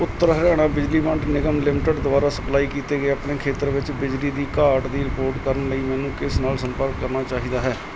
ਉੱਤਰ ਹਰਿਆਣਾ ਬਿਜਲੀ ਵੰਡ ਨਿਗਮ ਲਿਮਟਿਡ ਦੁਆਰਾ ਸਪਲਾਈ ਕੀਤੇ ਗਏ ਆਪਣੇ ਖੇਤਰ ਵਿੱਚ ਬਿਜਲੀ ਦੀ ਘਾਟ ਦੀ ਰਿਪੋਰਟ ਕਰਨ ਲਈ ਮੈਨੂੰ ਕਿਸ ਨਾਲ ਸੰਪਰਕ ਕਰਨਾ ਚਾਹੀਦਾ ਹੈ